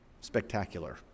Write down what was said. spectacular